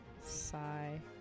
Sigh